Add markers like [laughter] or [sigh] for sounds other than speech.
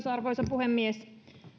[unintelligible] arvoisa puhemies